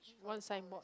one signboard